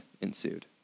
ensued